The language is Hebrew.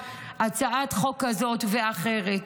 הצעת חוק כזאת ואחרת.